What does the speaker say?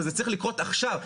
וזה צריך לקרות עכשיו.